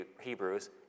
Hebrews